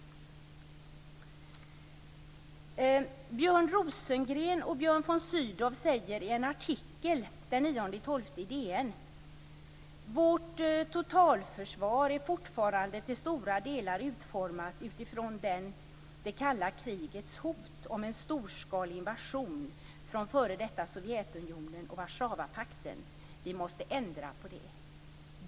Björn Rosengren och Björn von Sydow säger i en artikel den 9 december i DN: "Vårt totalförsvar är fortfarande till stora delar utformat utifrån kalla krigets hot om en storskalig invasion från före detta Sovjetunionen och Warszawapakten. Vi måste ändra på det!"